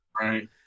Right